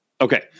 Okay